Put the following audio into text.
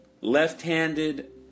left-handed